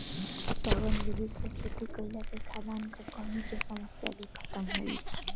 सघन विधि से खेती कईला पे खाद्यान कअ कमी के समस्या भी खतम होई